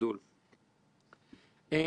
המציאות שאנחנו מתמודדים איתה היא של